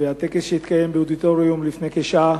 בטקס שהתקיים באודיטוריום לפני כשעה.